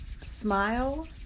smile